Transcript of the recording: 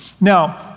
Now